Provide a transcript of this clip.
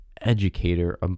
educator